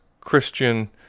Christian